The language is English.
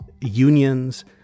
unions